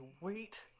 wait